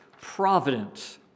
providence